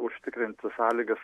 užtikrinti sąlygas